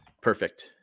perfect